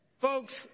Folks